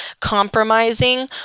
compromising